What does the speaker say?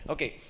Okay